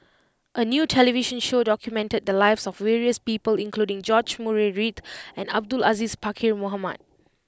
a new television show documented the lives of various people including George Murray Reith and Abdul Aziz Pakkeer Mohamed